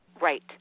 Right